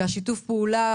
ושיתוף הפעולה,